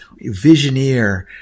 Visioneer